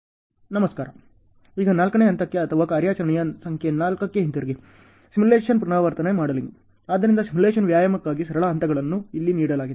ಆದ್ದರಿಂದ ಈಗ ನಾಲ್ಕನೇ ಹಂತಕ್ಕೆ ಅಥವಾ ಕಾರ್ಯಾಚರಣೆಯ ಸಂಖ್ಯೆ ನಾಲ್ಕಕ್ಕೆ ಹಿಂತಿರುಗಿ ಸಿಮ್ಯುಲೇಶನ್ನಲ್ಲಿ ಪುನರಾವರ್ತನೆ ಮಾಡೆಲಿಂಗ್ ಆದ್ದರಿಂದ ಸಿಮ್ಯುಲೇಶನ್ ವ್ಯಾಯಾಮಕ್ಕಾಗಿ ಸರಳ ಹಂತಗಳನ್ನು ಇಲ್ಲಿ ನೀಡಲಾಗಿದೆ